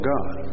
God